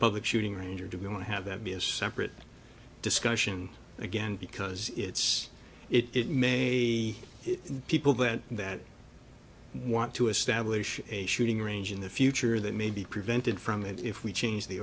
public shooting range or do we want to have that be a separate discussion again because it's it may people that that want to establish a shooting range in the future that may be prevented from that if we change the